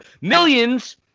millions—